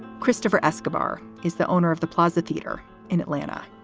christopher escobar is the owner of the plaza theater in atlanta.